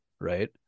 right